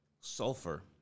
sulfur